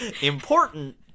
important